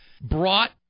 brought